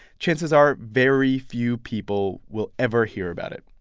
chances are very few people will ever hear about it,